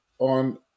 on